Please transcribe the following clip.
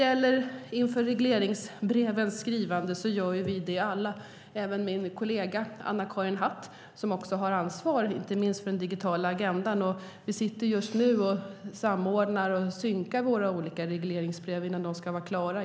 Alla i regeringen skriver regleringsbrev, även min kollega Anna-Karin Hatt som har ansvar för den digitala agendan. Vi försöker nu samordna och synka våra regleringsbrev inför årsskiftet då de ska vara klara.